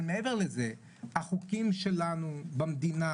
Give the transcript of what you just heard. אבל מעבר לזה החוקים שלנו במדינה,